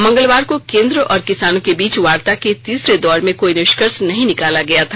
मंगलवार को केन्द्र और किसानों के बीच वार्ता के तीसरे दौर में कोई निष्कर्ष नहीं निकला था